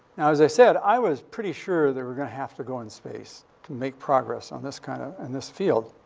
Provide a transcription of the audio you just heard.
as i said, i was pretty sure they were going to have to go in space to make progress in this kind of and this field.